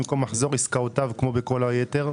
במקום "מחזור עסקאותיו" כמו בשאר המקומות?